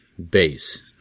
Base